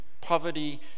poverty